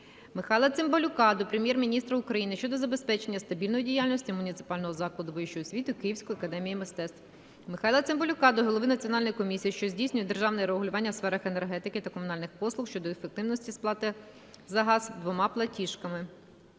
Михайла Цимбалюка до Прем'єр-міністра України щодо забезпечення стабільної діяльності Муніципального закладу вищої освіти "Київської Академії мистецтв". Михайла Цимбалюка до Голови Національної комісії, що здійснює державне регулювання у сферах енергетики та комунальних послуг щодо ефективності сплати за газ двома платіжками.